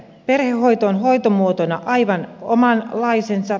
perhehoito on hoitomuotona aivan omanlaisensa